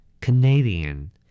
Canadian